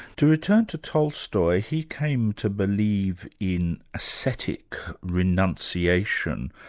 to return to tolstoy, he came to believe in aesthetic renunciation.